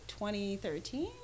2013